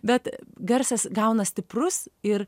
bet garsas gaunas stiprus ir